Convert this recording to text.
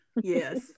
Yes